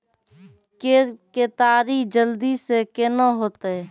के केताड़ी जल्दी से के ना होते?